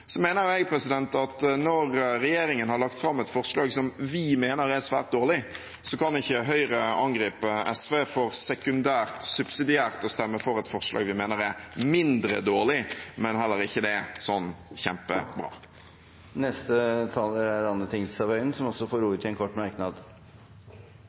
Så mener jeg at når regjeringen har lagt fram et forslag som vi mener er svært dårlig, så kan ikke Høyre angripe SV for subsidiært å stemme for et forslag vi mener er mindre dårlig, men heller ikke det sånn kjempebra. Anne Tingelstad Wøien har hatt ordet to ganger tidligere og får